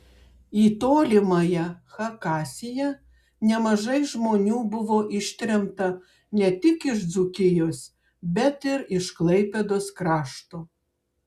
į tolimąją chakasiją nemažai žmonių buvo ištremta ne tik iš dzūkijos bet ir iš klaipėdos krašto